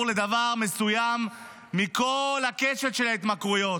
לדבר מסוים מכל הקשת של ההתמכרויות.